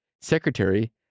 Secretary